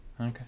okay